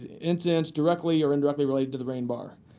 incidents directly or indirectly related to the reign bar.